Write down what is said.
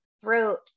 throat